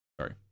Sorry